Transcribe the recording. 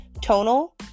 tonal